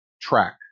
track